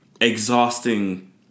exhausting